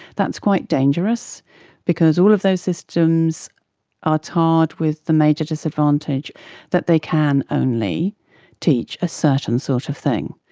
that's quite dangerous because all of those systems are tarred with the major disadvantage that they can only teach a certain sort of thing.